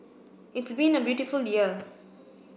it's been a beautiful year